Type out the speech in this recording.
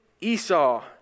Esau